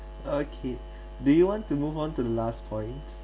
okay do you want to move on to the last point